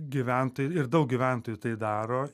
gyventoj ir daug gyventojų tai daro